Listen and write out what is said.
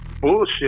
bullshit